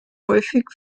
häufig